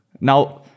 Now